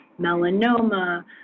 melanoma